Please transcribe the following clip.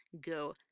Go